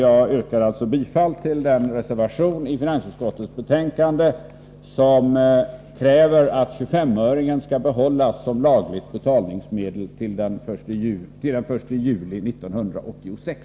Jag yrkar alltså bifall till den reservation i finansutskottets betänkande som kräver att 25-öringen skall behållas som lagligt betalningsmedel till den 1 juli 1986.